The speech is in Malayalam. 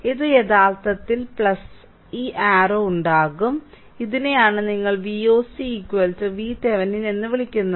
ഇത് യഥാർത്ഥത്തിൽ ഈ അർരൌ ഉണ്ടാകും ഇതിനെയാണ് നിങ്ങൾ Voc VThevenin എന്ന് വിളിക്കുന്നത്